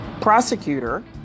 prosecutor